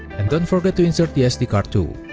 and don't forget to insert the sd card too.